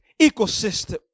ecosystem